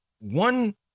One